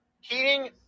Heating